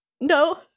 No